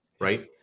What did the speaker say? Right